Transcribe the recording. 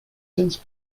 since